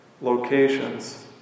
locations